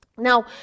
Now